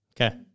Okay